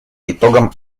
итогам